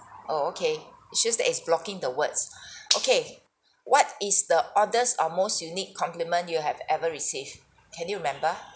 oh okay it's just that it's blocking the words okay what is the oddest or most unique compliment you have ever received can you remember